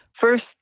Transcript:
First